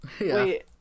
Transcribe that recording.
Wait